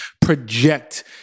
project